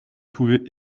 pouvait